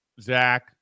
Zach